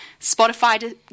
Spotify